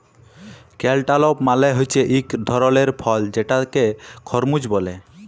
cantaloupe মালে হছে ইক ধরলের ফল যেটাকে খরমুজ ব্যলে